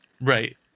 Right